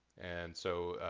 and so, ah,